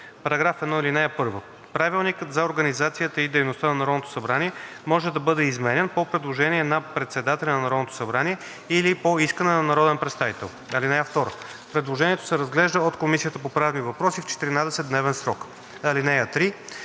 на § 1: „§ 1. (1) Правилникът за организацията и дейността на Народното събрание може да бъде изменян по предложение на председателя на Народното събрание или по искане на народен представител. (2) Предложението се разглежда от Комисията по правни въпроси в 14-дневен срок. (3)